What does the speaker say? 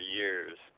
years